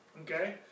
Okay